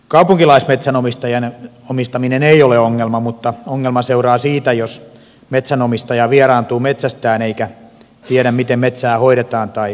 kaupunkilaismetsänomistajan omistajuus ei ole ongelma mutta ongelma seuraa siitä jos metsänomistaja vieraantuu metsästään eikä tiedä miten metsää hoidetaan tai kauppaa käydään